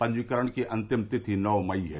पंजीकरण की अंतिम तिथि नौ मई है